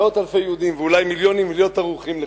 מאות אלפי יהודים ואולי מיליונים ולהיות ערוכים לכך.